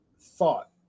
thought